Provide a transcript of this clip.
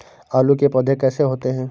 आलू के पौधे कैसे होते हैं?